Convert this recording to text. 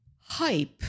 hype